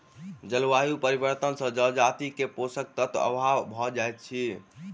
जलवायु परिवर्तन से जजाति के पोषक तत्वक अभाव भ जाइत अछि